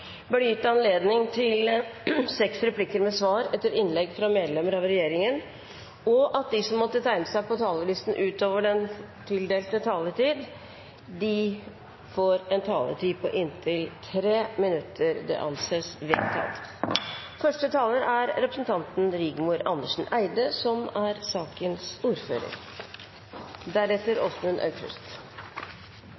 blir gitt anledning til seks replikker med svar etter innlegg fra medlemmer av regjeringen innenfor den fordelte taletid, og at de som måtte tegne seg på talerlisten utover den fordelte taletid, får en taletid på inntil 3 minutter. – Det anses vedtatt. Første taler er Tina Bru for Odd Henriksen, som er ordfører